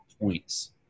points